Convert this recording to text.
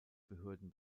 behörden